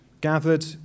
gathered